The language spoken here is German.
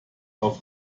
auf